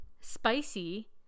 spicy